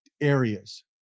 areas